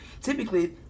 Typically